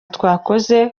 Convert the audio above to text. twakoze